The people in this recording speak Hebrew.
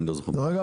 אני לא זוכר בדיוק.